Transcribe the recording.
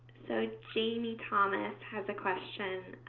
so jamie thomas has a question,